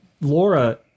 Laura